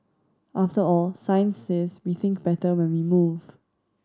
after all science says we think better when we move